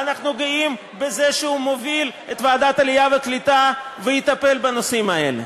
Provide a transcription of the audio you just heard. ואנחנו גאים בזה שהוא מוביל את ועדת העלייה והקליטה ויטפל בנושאים האלה.